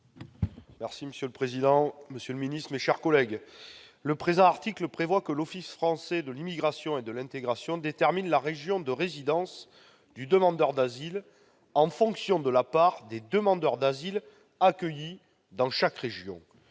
est ainsi libellé : La parole est à M. Fabien Gay. Le présent article prévoit que l'Office français de l'immigration et de l'intégration détermine la région de résidence du demandeur d'asile en fonction de la part des demandeurs d'asile accueillis dans chaque région.